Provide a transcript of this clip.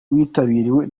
witabiriwe